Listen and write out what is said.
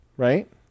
Right